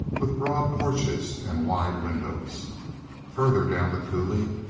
with broad porches and wide windows further down the coulee,